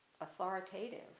authoritative